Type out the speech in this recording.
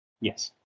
Yes